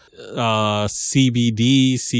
CBD